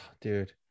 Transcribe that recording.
Dude